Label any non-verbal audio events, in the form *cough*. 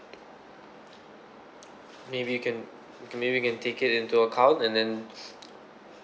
maybe you can you can maybe you can take it into account and then *noise*